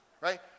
right